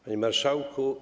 Panie Marszałku!